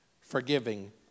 Forgiving